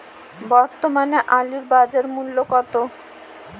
বর্তমানে আলুর বাজার মূল্য কত?